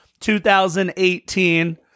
2018